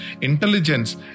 intelligence